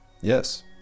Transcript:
Yes